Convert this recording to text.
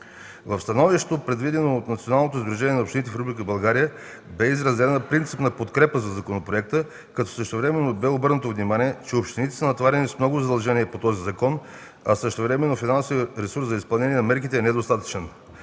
В становището, представено от Националното сдружение на общините в Република България, бе изразена принципна подкрепа за законопроекта, като същевременно бе обърнато внимание, че общините са натоварени с много задължения по този закон, а същевременно финансовият ресурс за изпълнение на мерките е недостатъчен.